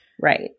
Right